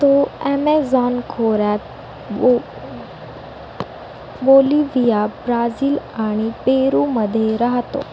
तो ॲमेझॉन खोऱ्यात बो बोलिव्हिया ब्राझील आणि पेरूमध्ये राहतो